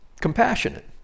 compassionate